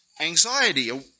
anxiety